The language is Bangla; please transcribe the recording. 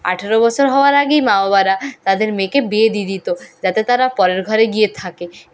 আঠেরো বছর হওয়ার আগেই মা বাবারা তাদের মেয়েকে বিয়ে দিয়ে দিতো যাতে তারা পরের ঘরে গিয়ে থাকে